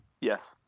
Yes